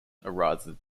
arises